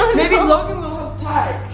maybe logan will help ty.